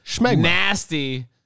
nasty